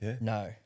no